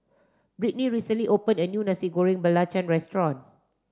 Britney recently opened a new Nasi Goreng Belacan restaurant